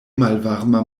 malvarma